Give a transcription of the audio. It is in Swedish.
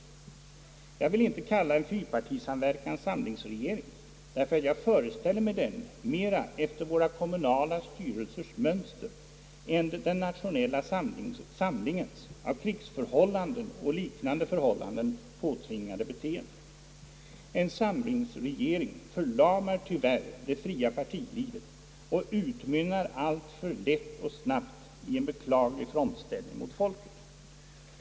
Jag vill inte kalla en fyrpartisamverkan samlingsregering, därför att jag föreställer mig den mera efter våra kommunala styrelsers mönster än den nationella samlingens av krigsförhållanden och liknande förhållanden påtvingade beteende. En samlingsregering förlamar tyvärr det fria partilivet och utmynnar alltför lätt och snabbt i en beklaglig frontställning mot folket.